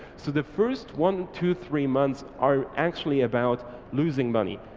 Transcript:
so the first one two three months are actually about losing money.